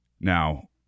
Now